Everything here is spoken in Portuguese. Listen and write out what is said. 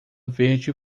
verde